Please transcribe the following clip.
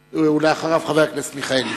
ואחריו, חבר הכנסת מיכאלי.